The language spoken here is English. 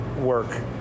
work